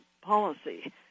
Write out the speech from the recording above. policy